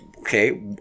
Okay